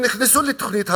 הם נכנסו לתוכנית הבראה,